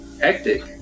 Hectic